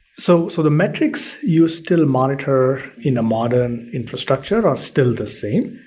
so so the metrics you still monitor in a modern infrastructure are still the same.